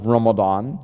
Ramadan